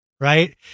Right